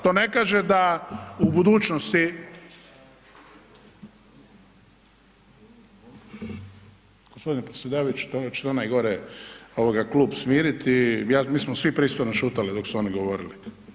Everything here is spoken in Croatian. To ne kaže da u budućnosti …… [[Upadica sa strane, ne razumije se.]] Gospodine predsjedavajući, hoćete onaj gore klub smiriti, mi smo svi pristojno šutjeli dok su oni govorili.